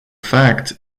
fact